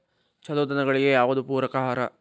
ಛಲೋ ದನಗಳಿಗೆ ಯಾವ್ದು ಪೂರಕ ಆಹಾರ?